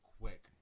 quick